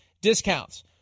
discounts